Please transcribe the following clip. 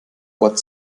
wort